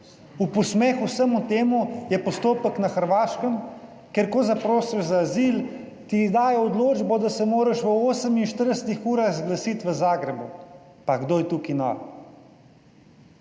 V posmeh vsemu temu je postopek na Hrvaškem, ker ko zaprosiš za azil, ti dajo odločbo, da se moraš v 48 urah zglasiti v Zagrebu. Pa kdo je tukaj nor?